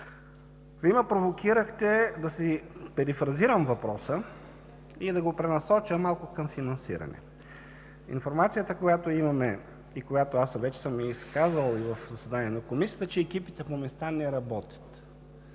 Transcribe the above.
Вие ме провокирахте да си перифразирам въпроса и да го пренасоча малко към финансиране. Информацията, която имаме и която вече съм изказал в заседание на Комисията – че екипите по места не работят.